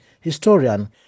historian